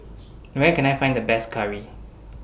Where Can I Find The Best Curry